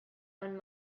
own